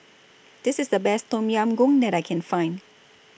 This IS The Best Tom Yam Goong that I Can Find